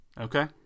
Okay